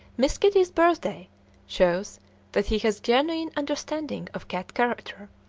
miss kitty's birthday shows that he has genuine understanding of cat character,